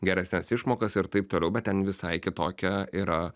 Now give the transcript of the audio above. geresnes išmokas ir taip toliau bet ten visai kitokia yra